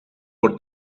por